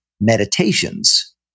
meditations